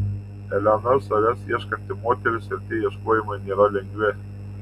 elena savęs ieškanti moteris ir tie ieškojimai nėra lengvi